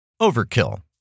Overkill